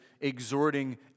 exhorting